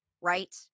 Right